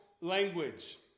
language